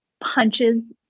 punches